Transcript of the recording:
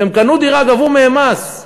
כשהם קנו דירה גבו מהם מס.